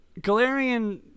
Galarian